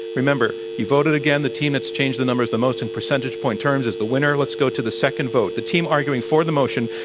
remember, you voted again. the team that's changed the numbers the most in percentage point terms is the winner. let's go to the second vote. the team arguing for the motion,